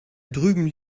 drüben